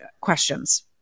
questions